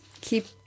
keep